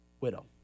widow